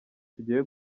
tugiye